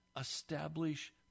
establish